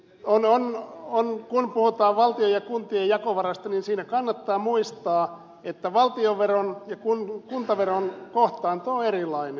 kun puhutaan valtion ja kuntien jako osuuksista silloin kannattaa muistaa että valtionveron ja kuntaveron kohtaanto on erilainen